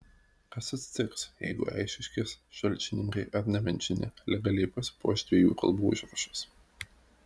kas atsitiks jeigu eišiškės šalčininkai ar nemenčinė legaliai pasipuoš dviejų kalbų užrašais